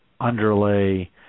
underlay